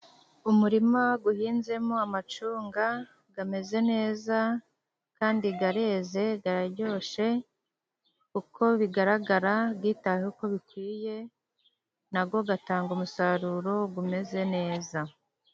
Umurima uhinzemo amacunga, ameze neza, kandi areze, araryoshye, uko bigaragara yitaweho uko bikwiye, na yo atanga umusaruro umeze neza.